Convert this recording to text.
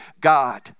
God